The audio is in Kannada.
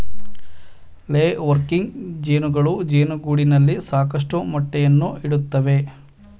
ಲೇ ವರ್ಕಿಂಗ್ ಜೇನುಗಳು ಜೇನುಗೂಡಿನಲ್ಲಿ ಸಾಕಷ್ಟು ಮೊಟ್ಟೆಯನ್ನು ಇಡುತ್ತವೆ